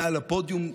מעל הפודיום,